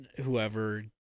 whoever